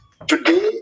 Today